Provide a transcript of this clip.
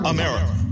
America